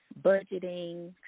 budgeting